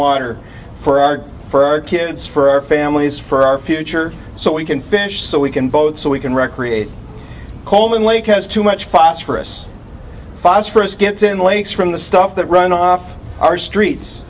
water for our for our kids for our families for our future so we can fish so we can vote so we can recreate coleman lake has too much phosphorus phosphorus gets in lakes from the stuff that run off our streets